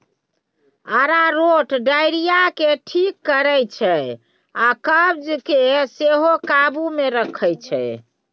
अरारोट diarrhoea केँ ठीक करै छै आ कब्ज केँ सेहो काबु मे रखै छै